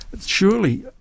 surely